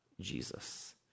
Jesus